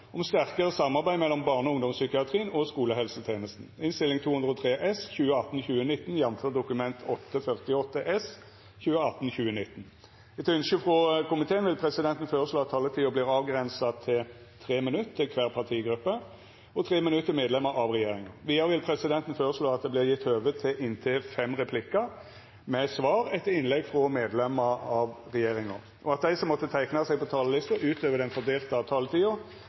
om ordet til sak nr. 3. Etter ønske frå helse- og omsorgskomiteen vil presidenten føreslå at taletida vert avgrensa til 3 minutt til kvar partigruppe og 3 minutt til medlemer av regjeringa. Vidare vil presidenten føreslå at det vert gjeve høve til inntil fem replikkar med svar etter innlegg frå medlemer av regjeringa, og at dei som måtte teikna seg på talarlista utover den fordelte taletida,